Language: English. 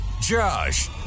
Josh